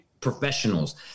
professionals